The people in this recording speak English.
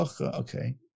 okay